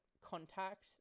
contact